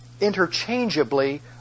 interchangeably